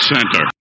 Center